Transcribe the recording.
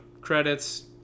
credits